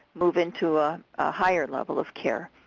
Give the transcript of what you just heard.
move into a higher level of care.